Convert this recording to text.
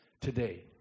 today